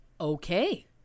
Okay